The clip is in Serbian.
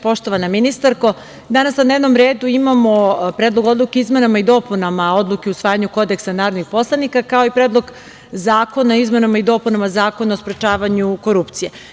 Poštovana ministarko, danas na dnevnom redu imamo Predlog odluke o izmenama i dopunama Odluke o usvajanju Kodeksa narodnih poslanika, kao i Predlog zakona o izmenama i dopunama Zakona o sprečavanju korupcije.